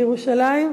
בירושלים.